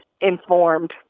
informed